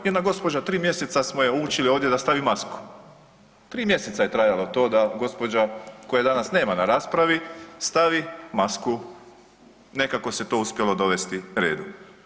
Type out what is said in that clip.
Jedna gospođa, 3. mjeseca smo je učili ovdje da stavi masku, 3. mjeseca je trajalo to da gospođa, koje danas nema na raspravi, stavi masku, nekako se to uspjelo dovesti redu.